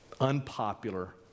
unpopular